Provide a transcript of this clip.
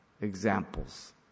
examples